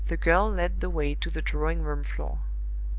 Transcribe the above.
the girl led the way to the drawing-room floor.